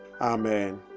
Amen